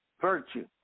virtue